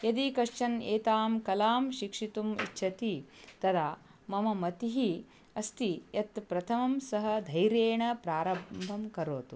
यदि कश्चन एतां कलां शिक्षितुम् इच्छति तदा मम मतिः अस्ति यत् प्रथमं सः धैर्येण प्रारम्भं करोतु